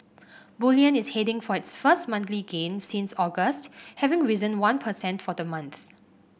bullion is heading for its first monthly gain since August having risen one per cent for the month